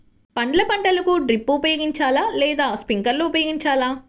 పండ్ల పంటలకు డ్రిప్ ఉపయోగించాలా లేదా స్ప్రింక్లర్ ఉపయోగించాలా?